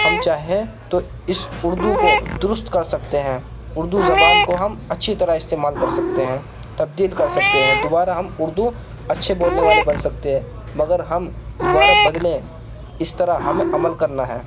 ہم چاہیں تو اس اردو کو درست كر سکتے ہیں اردو زبان کو ہم اچھی طرح استعمال کر سکتے ہیں تبدیل کر سکتے ہیں دوبارہ ہم اردو اچھے بولنے والے بن سکتے ہیں مگر ہم دوبارہ بدلیں اس طرح ہمیں عمل کرنا ہے